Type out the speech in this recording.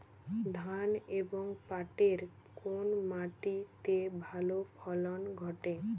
ধান এবং পাটের কোন মাটি তে ভালো ফলন ঘটে?